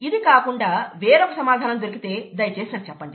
ఇది కాకుండా వేరొక సమాధానం దొరికితే దయచేసి నాకు చెప్పండి